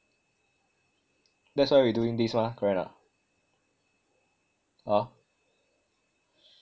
that's why we doing this mah correct or not hor